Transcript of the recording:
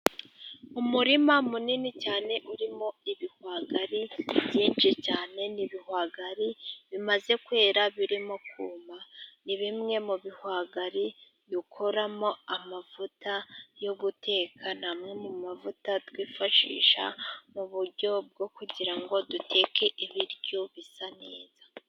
Umurima munini cyane urimo ibihwagari byinshi cyane, ni ibihwagari bimaze kwera birimo kuma. Ni bimwe mu bihwagari dukoramo amavuta yo guteka, ni amwe mu mavuta twifashisha mu buryo bwo kugira ngo duteke ibiryo bisa neza.